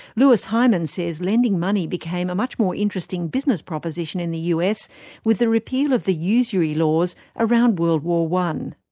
louis hyman says lending money became a much more interesting business proposition in the us with the repeal of the usury laws around world war i.